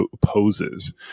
poses